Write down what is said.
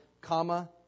comma